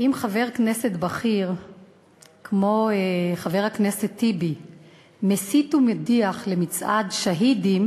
אם חבר כנסת בכיר כמו חבר הכנסת טיבי מסית ומדיח למצעד שהידים,